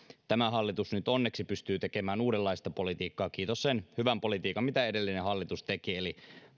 tämä hallitus nyt onneksi pystyy tekemään uudenlaista politiikkaa kiitos sen hyvän politiikan mitä edellinen hallitus teki eli